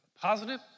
positive